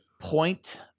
Point